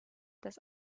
das